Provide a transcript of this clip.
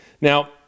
Now